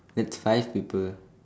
it's five people